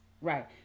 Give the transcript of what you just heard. Right